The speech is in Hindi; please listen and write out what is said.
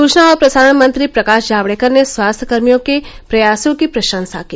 सूचना और प्रसारण मंत्री प्रकाश जावड़ेकर ने स्वास्थ्य कर्मियों के प्रयासों की प्रशंसा की